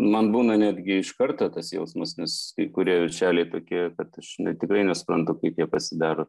man būna netgi iš karto tas jausmas nes kai kurie viršeliai tokie kad aš tikrai nesuprantu kaip jie pasidaro